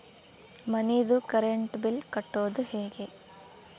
ಮನಿದು current bill ಕಟ್ಟೊದು ಹೇಗೆ?